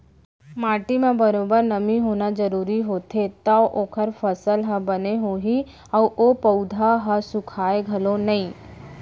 माटी म बरोबर नमी होना जरूरी होथे तव ओकर फसल ह बने होही अउ ओ पउधा ह सुखाय घलौ नई